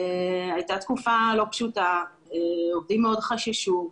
הייתה תקופה לא פשוטה, עובדים מאוד חששו,